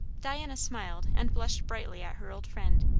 diana smiled and blushed brightly at her old friend,